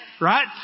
right